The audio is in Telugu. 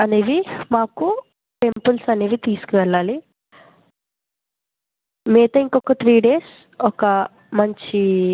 ఒక లెటర్ రాయండి దాని మీద మీ బాబు పేరు సిగ్నేచర్ మీ సిగ్నేచర్ కూడా పెట్టండి నేను అప్పుడు లీవు గ్రాంటెడ్ చేస్తాను మీకు